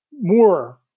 more